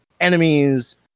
enemies